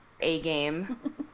A-game